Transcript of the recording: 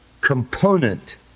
component